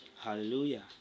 Hallelujah